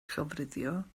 llofruddio